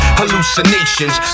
hallucinations